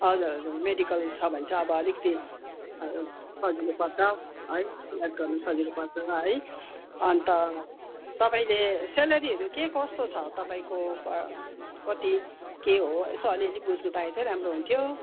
हजुर हजुर मेडिकल छ भने चाहिँ अब अलिकति हजुर सजिलो पर्छ है याद गर्नु सजिलो पर्छ है अन्त तपाईँले स्यालेरीहरू के कस्तो छ तपाईँको बा कति के हो यसो अलिअलि बुझ्नु पाएँ चाहिँ राम्रो हुन्थ्यो